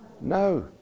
No